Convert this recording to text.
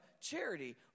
charity